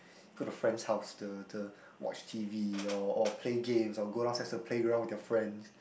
go to friend's house the the watch t_v your or play games or go downstairs to playground with your friends